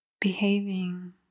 behaving